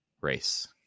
race